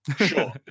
Sure